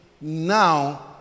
now